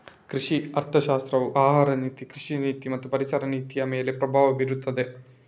ಕೃಷಿ ಅರ್ಥಶಾಸ್ತ್ರವು ಆಹಾರ ನೀತಿ, ಕೃಷಿ ನೀತಿ ಮತ್ತು ಪರಿಸರ ನೀತಿಯಮೇಲೆ ಪ್ರಭಾವ ಬೀರುತ್ತದೆ